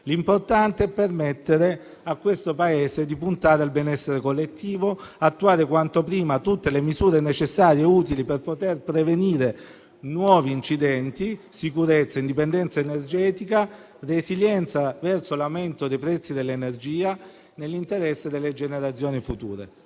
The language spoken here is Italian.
L'importante è permettere a questo Paese di puntare al benessere collettivo e attuare quanto prima tutte le misure necessarie e utili per poter prevenire nuovi incidenti: sicurezza, indipendenza energetica e resilienza verso l'aumento dei prezzi dell'energia nell'interesse delle generazioni future.